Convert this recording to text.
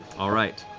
all right.